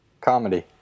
Comedy